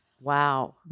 Wow